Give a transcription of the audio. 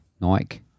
Nike